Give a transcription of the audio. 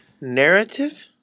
narrative